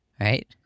right